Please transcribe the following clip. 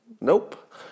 Nope